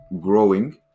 growing